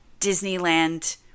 Disneyland